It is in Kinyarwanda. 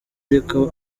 ariko